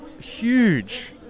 huge